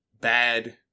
bad